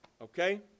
okay